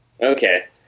Okay